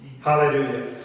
Hallelujah